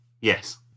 Yes